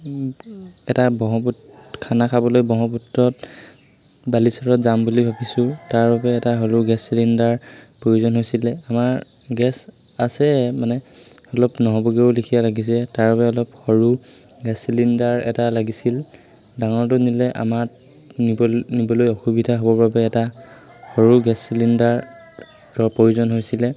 এটা ব্ৰহ্মপুত খানা খাবলৈ ব্ৰহ্মপুত্ৰত বালিচৰত যাম বুলি ভাবিছোঁ তাৰ বাবে এটা সৰু গেছ চিলিণ্ডাৰ প্ৰয়োজন হৈছিলে আমাৰ গেছ আছে মানে অলপ নহ'বগেও লিখীয়া লাগিছে তাৰ বাবে অলপ সৰু গেছ চিলিণ্ডাৰ এটা লাগিছিল ডাঙৰটো নিলে আমাৰ নিব নিবলৈ অসুবিধা হ'বৰ বাবে এটা সৰু গেছ চিলিণ্ডাৰ প্ৰয়োজন হৈছিলে